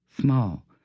small